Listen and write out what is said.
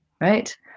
right